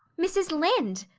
mrs. lynde!